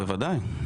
בוודאי.